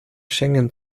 schengen